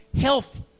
health